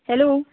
hello